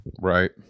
Right